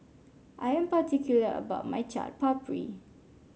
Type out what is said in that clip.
I am particular about my Chaat Papri